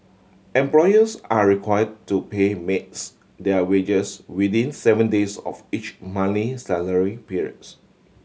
employers are require to pay maids their wages within seven days of each monthly salary periods